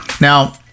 Now